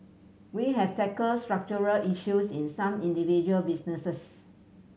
we have tackle structural issues in some individual businesses